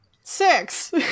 Six